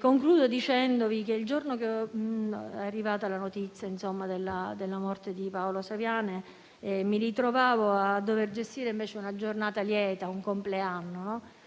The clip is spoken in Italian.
Concludo dicendovi che il giorno che è arrivata la notizia della morte di Paolo Saviane mi trovavo a dover gestire una giornata lieta, un compleanno, e